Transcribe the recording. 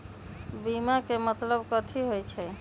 बीमा के मतलब कथी होई छई?